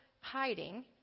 hiding